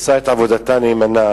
עושה את עבודתה נאמנה.